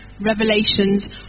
revelations